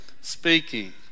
speaking